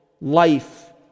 life